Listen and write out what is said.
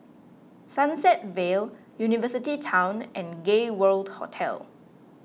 Sunset Vale University Town and Gay World Hotel